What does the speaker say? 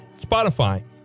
Spotify